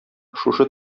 шушы